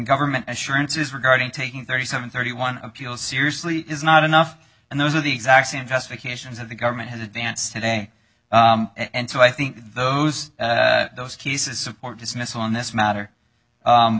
government assurances regarding taking thirty seven thirty one appeal seriously is not enough and those are the exact investigations of the government has advanced today and so i think those those cases support dismissal on this matter